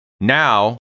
now